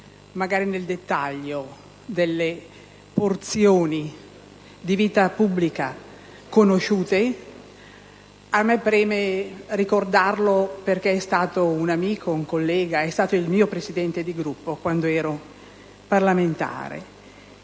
magari nel dettaglio delle porzioni di vita pubblica conosciute. A me preme ricordarlo perché è stato un amico, un collega, il mio Presidente di Gruppo quando ero deputata.